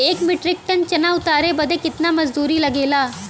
एक metric tonne चना उतारे बदे कितना मजदूरी लगे ला?